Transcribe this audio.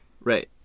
Right